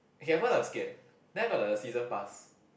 okay at first I'm scared then I got the season pass